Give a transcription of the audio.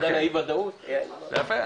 יפה,